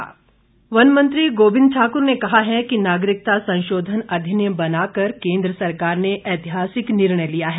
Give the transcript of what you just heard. गोविंद ठाक्र वन मंत्री गोविंद ठाकुर ने कहा है कि नागरिकता संशोधन अधिनियम बनाकर केंद्र सरकार ने ऐतिहासिक निर्णय लिया है